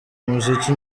muziki